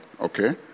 okay